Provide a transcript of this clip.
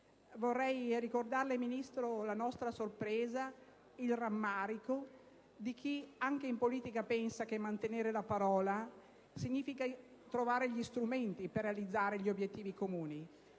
Vorrei rappresentarle, signor Ministro, la nostra sorpresa, il rammarico di chi anche in politica pensa che mantenere la parola significa trovare gli strumenti per realizzare gli obiettivi comuni.